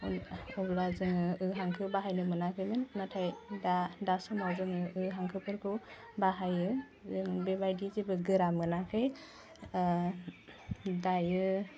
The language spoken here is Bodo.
अल अब्ला जोहो ओ हांखो बाहायनो मोनाखैमोन नाथाय दा दा समाव जोङो हांखोफोरखौ बाहायो जों बे बायदि जेबो गोरा मोनाखै दायो